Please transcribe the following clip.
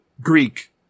greek